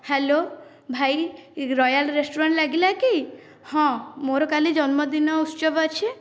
hello ଭାଇ royal restaurant ଲାଗିଲା କି ହଁ ମୋର କାଲି ଜନ୍ମଦିନ ଉତ୍ସବ ଅଛି